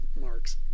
Mark's